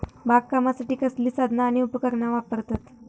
बागकामासाठी कसली साधना आणि उपकरणा वापरतत?